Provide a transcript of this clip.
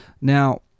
Now